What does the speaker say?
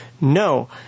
No